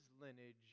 lineage